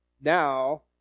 now